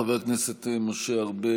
חבר הכנסת משה ארבל,